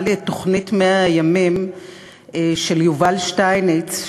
לי את תוכנית 100 הימים של יובל שטייניץ,